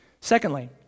Secondly